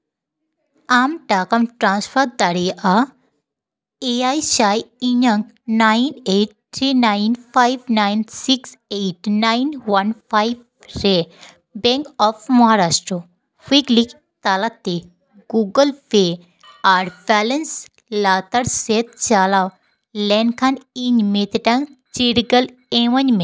ᱟᱢ ᱴᱟᱠᱟᱢ ᱴᱨᱟᱱᱥᱯᱷᱟᱨ ᱫᱟᱲᱮᱭᱟᱜᱼᱟ ᱮᱭᱟᱭ ᱥᱟᱭ ᱤᱧᱟᱹᱝ nine eight three nine five nine six eight nine one five ᱨᱮ ᱵᱮᱝᱠ ᱚᱯᱷ ᱢᱚᱦᱟᱨᱟᱥᱴᱨᱚ ᱠᱩᱭᱤᱠᱞᱤ ᱛᱟᱞᱟ ᱛᱮ ᱜᱩᱜᱩᱞ ᱯᱮᱹ ᱟᱨ ᱵᱮᱞᱮᱱᱥ ᱞᱟᱛᱟᱨ ᱥᱮᱫ ᱪᱟᱞᱟᱣ ᱞᱮᱱᱠᱷᱟᱱ ᱤᱧ ᱢᱤᱫᱴᱟᱝ ᱪᱤᱨᱜᱟᱹᱞ ᱤᱢᱟᱹᱧ ᱢᱮ